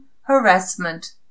harassment